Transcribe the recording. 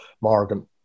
Morgan